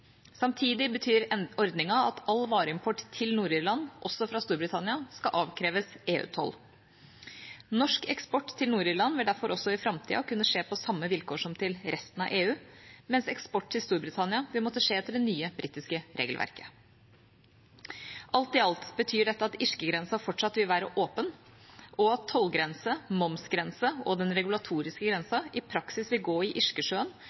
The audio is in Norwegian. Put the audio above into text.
Samtidig betyr ordningen at all vareimport til Nord-Irland, også fra Storbritannia, skal avkreves EU-toll. Norsk eksport til Nord-Irland vil derfor også i framtida kunne skje på samme vilkår som til resten av EU, mens eksport til Storbritannia vil måtte skje etter det nye britiske regelverket. Alt i alt betyr dette at irskegrensen fortsatt vil være åpen, og at tollgrense, momsgrense og den regulatoriske grensen i praksis vil gå i Irskesjøen,